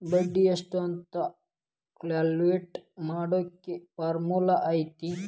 ಬಡ್ಡಿ ಎಷ್ಟ್ ಅಂತ ಕ್ಯಾಲ್ಕುಲೆಟ್ ಮಾಡಾಕ ಫಾರ್ಮುಲಾ ಐತಿ